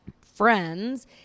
friends